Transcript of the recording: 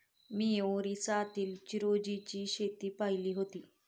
मी ओरिसातील चिरोंजीची शेती पाहिली होती